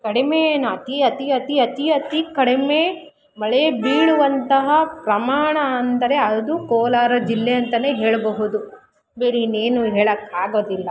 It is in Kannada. ಕಡಿಮೆ ಏನು ಅತಿ ಅತಿ ಅತಿ ಅತಿ ಅತಿ ಕಡಿಮೆ ಮಳೆ ಬೀಳುವಂತಹ ಪ್ರಮಾಣ ಅಂದರೆ ಅದು ಕೋಲಾರ ಜಿಲ್ಲೆ ಅಂತನೇ ಹೇಳಬಹುದು ಬೇರೆ ಇನ್ನೇನೂ ಹೇಳೋಕ್ಕಾಗೋದಿಲ್ಲ